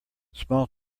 small